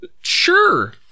Sure